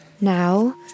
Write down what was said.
Now